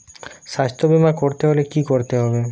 স্বাস্থ্যবীমা করতে হলে কি করতে হবে?